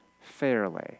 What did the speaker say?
fairly